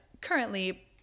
currently